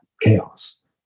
chaos